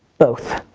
both,